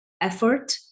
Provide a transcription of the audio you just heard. effort